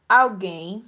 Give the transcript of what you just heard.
alguém